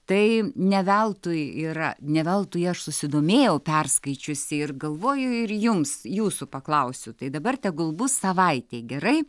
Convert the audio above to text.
tai ne veltui yra ne veltui aš susidomėjau perskaičiusi ir galvoju ir jums jūsų paklausiu tai dabar tegul bus savaitei gerai